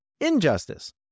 injustice